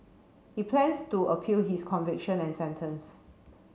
he plans to appeal his conviction and sentence